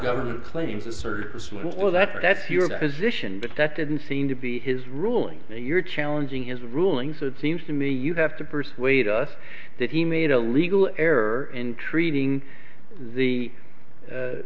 government claims assert that that's your position but that didn't seem to be his ruling and you're challenging his rulings it seems to me you have to persuade us that he made a legal error in treating the